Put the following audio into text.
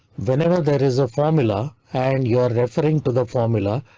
whenever there is a formula and you're referring to the formula,